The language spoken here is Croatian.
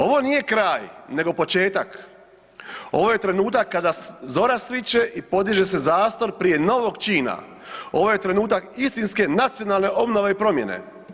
Ovo nije kraj nego početak, ovo je trenutak kada zora sviće i podiže se zastor prije novog čina, ovo je trenutak istinske nacionalne obnove i promijene.